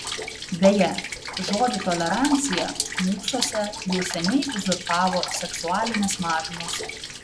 beje žodį tolerancija mūsuose jau seniai uzurpavo seksualinės mažumos